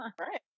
right